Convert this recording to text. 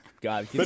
God